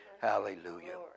Hallelujah